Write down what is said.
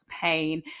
pain